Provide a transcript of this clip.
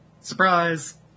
Surprise